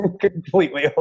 Completely